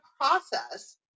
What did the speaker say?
process